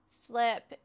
Slip